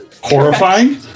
Horrifying